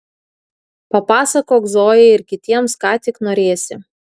papasakok zojai ir kitiems ką tik norėsi